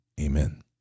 amen